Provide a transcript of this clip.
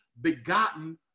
begotten